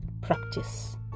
practice